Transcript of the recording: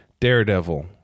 Daredevil